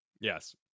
Yes